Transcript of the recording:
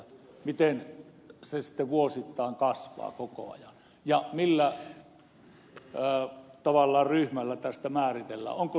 miten lukumäärä sitten vuosittain kasvaa koko ajan ja millä tavalla ja millä ryhmällä tätä määritellään